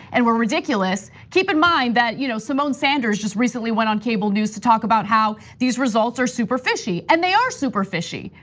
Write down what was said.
and we're ridiculous. keep in mind that you know, simone sanders just recently went on cable news to talk about how these results are super fishy and they are super fishy.